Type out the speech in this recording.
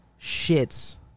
shits